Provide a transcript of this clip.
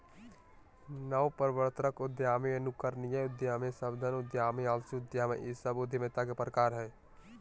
नवप्रवर्तक उद्यमी, अनुकरणीय उद्यमी, सावधान उद्यमी, आलसी उद्यमी इ सब उद्यमिता के प्रकार हइ